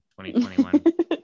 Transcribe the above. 2021